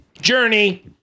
Journey